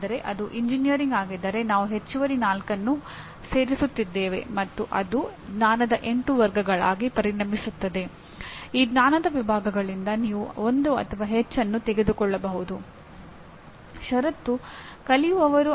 ಆದರೆ ಅವರೆಲ್ಲರೂ ಒಳ್ಳೆಯ ಎಂಜಿನಿಯರ್ಗಳು ಎಂಜಿನಿಯರಿಂಗ್ ವಿಜ್ಞಾನ ಮತ್ತು ತಂತ್ರಜ್ಞಾನಗಳ ಬಗ್ಗೆ ಉತ್ತಮ ಜ್ಞಾನವನ್ನು ಹೊಂದಿರಬೇಕು ಎಂದು ಹೇಳುತ್ತಾರೆ